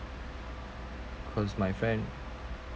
cause my friend